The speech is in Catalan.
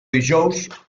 dijous